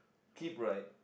keep right